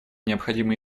необходимо